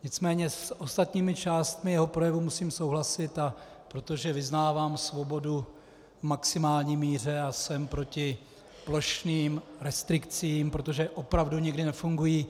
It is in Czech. Nicméně s ostatními částmi jeho projevu musím souhlasit, protože uznávám svobodu v maximální míře a jsem proti plošným restrikcím, protože opravdu nikdy nefungují.